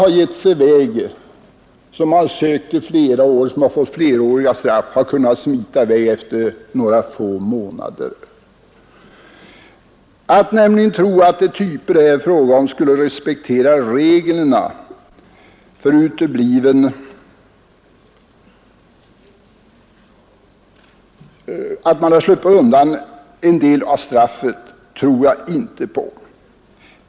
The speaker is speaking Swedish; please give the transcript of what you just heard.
Att tro att de typer det här är fråga om skulle respektera reglerna därför att de sluppit undan en del av straffet är nämligen enfaldigt.